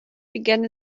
began